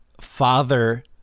father